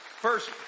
first